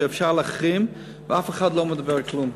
שאפשר להחרים ואף אחד לא מדבר כלום.